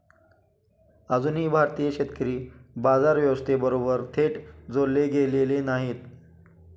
अजूनही भारतीय शेतकरी बाजार व्यवस्थेबरोबर थेट जोडले गेलेले नाहीत